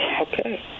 okay